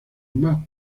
más